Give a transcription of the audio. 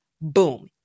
Boom